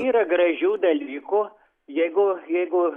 yra gražių dalykų jeigu jeigu